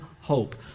hope